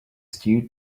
stew